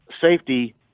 safety